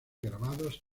grabados